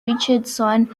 richardson